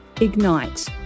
Ignite